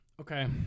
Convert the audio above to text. Okay